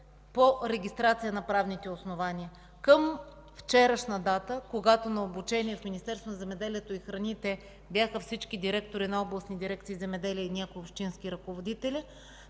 по регистрация на правните основания? Към вчерашна дата, когато на обучение в Министерството на земеделието и храните бяха всички директори на областни дирекции „Земеделие” и някои общински ръководители,